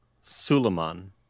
Suleiman